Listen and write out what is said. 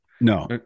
No